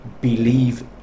believe